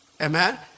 Amen